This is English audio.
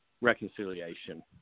reconciliation